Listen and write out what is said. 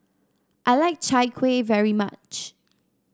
I like Chai Kueh very much